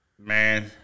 Man